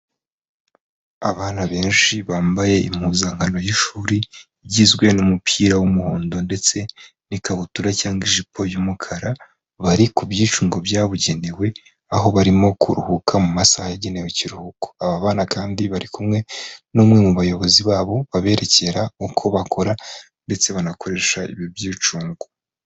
Abana benshi bambaye impuzankano y'ishuri, igizwe n'umupira w'umuhondo ndetse n'ikabutura cyangwa ijipo y'umukara, bari ku byicungo byabugenewe, aho barimo kuruhuka mu masaha yagenewe ikiruhuko. Aba bana kandi bari kumwe n'umwe mu bayobozi babo, baberekera uko bakora ndetse banakoresha ibi byicungo.